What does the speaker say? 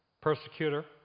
persecutor